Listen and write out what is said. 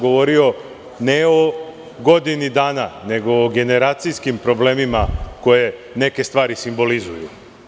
Govorio sam ne o godini dana nego o generacijskim problemima koje neke stvari simbolizuju.